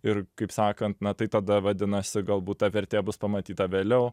ir kaip sakant na tai tada vadinasi galbūt ta vertė bus pamatyta vėliau